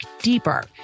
deeper